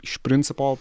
iš principo